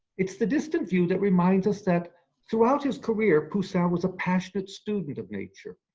it's the distance view that reminds us that throughout his career poussin was a passionate student of nature.